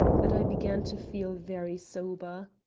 that i began to feel very sober.